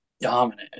dominant